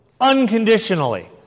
Unconditionally